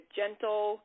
gentle